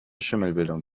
schimmelbildung